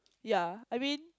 ya I mean